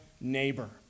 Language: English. neighbor